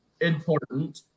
important